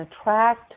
attract